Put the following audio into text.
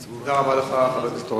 תודה רבה לך, חבר הכנסת אורלב.